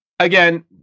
again